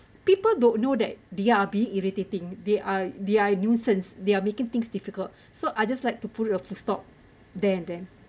people don't know that they are being irritating they are they're nuisance they are making things difficult so I just like to pull off him stop there and then